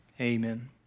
Amen